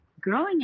growing